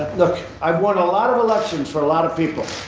look, i've won a lot of elections for a lot of people.